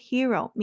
Hero（